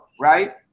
right